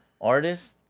artist